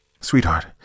Sweetheart